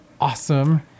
awesome